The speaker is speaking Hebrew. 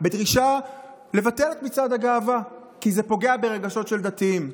בדרישה לבטל את מצעד הגאווה כי זה פוגע ברגשות של דתיים.